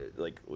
like,